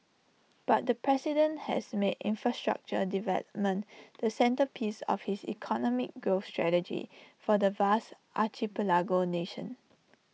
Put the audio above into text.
but the president has made infrastructure development the centrepiece of his economic growth strategy for the vast archipelago nation